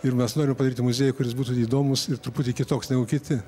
ir mes norim padaryti muziejų kuris būtų įdomus ir truputį kitoks negu kiti